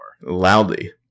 loudly